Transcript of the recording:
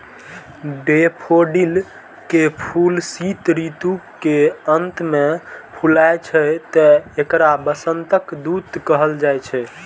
daffodil के फूल शीत ऋतु के अंत मे फुलाय छै, तें एकरा वसंतक दूत कहल जाइ छै